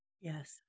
Yes